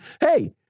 hey